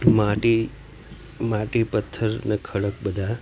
માટી માટી પથ્થર ને ખડક બધાં